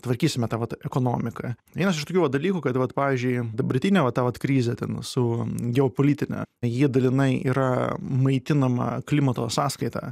tvarkysime tą vat ekonomiką vienas iš tokių va dalykų kad vat pavyzdžiui dabartinė va ta vat krizė ten su geopolitine ji dalinai yra maitinama klimato sąskaita